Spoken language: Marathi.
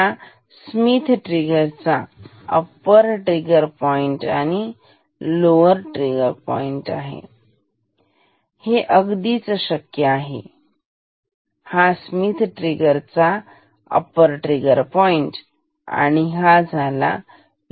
हा स्मिथ ट्रिगर चा अप्पर ट्रिगर पॉईंट आणि हा लोअर ट्रिगर पॉइंट आहे